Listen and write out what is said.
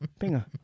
Pinga